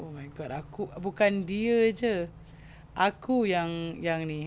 oh my god aku bukan dia jer aku yang yang ni